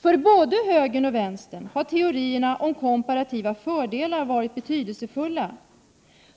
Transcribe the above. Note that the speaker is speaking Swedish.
För både högern och vänstern har teorierna om komparativa fördelar varit betydelsefulla.